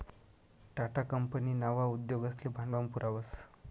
Tata company नवा उद्योगसले भांडवल पुरावस